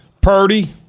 Purdy